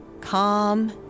calm